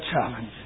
challenge